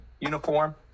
uniform